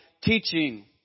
teaching